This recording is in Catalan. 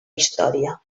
història